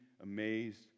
amazed